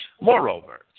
Moreover